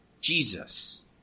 Jesus